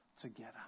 together